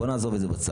בואו נעזוב את זה בצד,